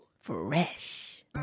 Fresh